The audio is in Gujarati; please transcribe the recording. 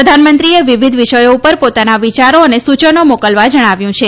પ્રધાનમંત્રીએ વિવિધ વિષયો ઉપર પોતાના વિયારો અને સૂચનો મોકલવા જણાવ્યું છે